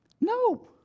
No